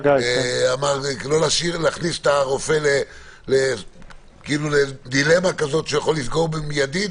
לא להכניס את הרופא לדילמה כזאת שהוא יכול לסגור במיידית,